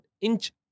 inch